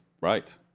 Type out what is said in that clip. Right